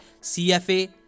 CFA